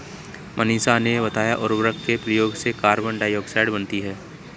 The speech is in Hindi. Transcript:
मनीषा ने बताया उर्वरक के प्रयोग से कार्बन डाइऑक्साइड बनती है